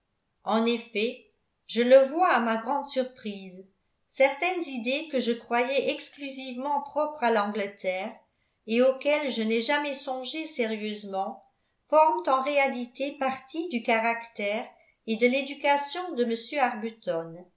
en effet je le vois à ma grande surprise certaines idées que je croyais exclusivement propres à l'angleterre et auxquelles je n'ai jamais songé sérieusement forment en réalité partie du caractère et de l'éducation de